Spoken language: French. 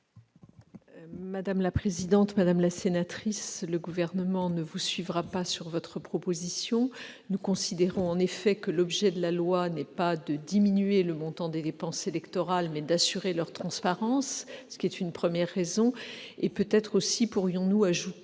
du Gouvernement ? Madame la sénatrice, le Gouvernement ne vous suivra pas dans votre proposition. Nous considérons en effet que l'objet de la loi est non pas de diminuer le montant des dépenses électorales, mais d'assurer leur transparence, ce qui est une première raison de refuser cet amendement. J'ajoute